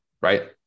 Right